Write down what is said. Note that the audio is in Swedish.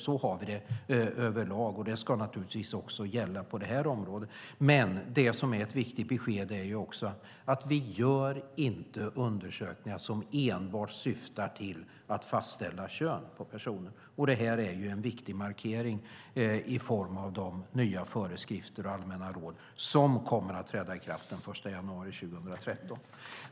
Så har vi det över lag, och det ska naturligtvis gälla även på detta område. Men det som är ett viktigt besked är att man inte gör undersökningar som enbart syftar till att fastställa kön på foster. Detta är en viktig markering i form av de nya föreskrifter och allmänna råd som kommer att träda i kraft den 1 februari 2013.